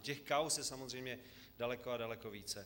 Těch kauz je samozřejmě daleko a daleko více.